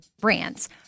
brands